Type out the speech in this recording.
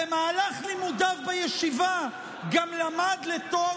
במהלך לימודיו בישיבה גם למד לתואר